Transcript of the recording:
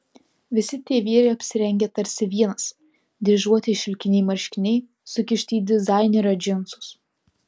visi tie vyrai apsirengę tarsi vienas dryžuoti šilkiniai marškiniai sukišti į dizainerio džinsus